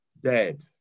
dead